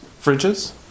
fridges